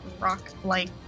rock-like